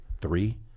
three